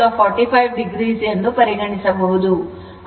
VR 50 angle 45 o ಎಂದು ಪರಿಗಣಿಸಬಹುದು